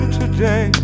today